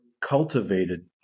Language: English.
cultivated